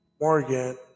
Morgan